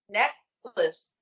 necklace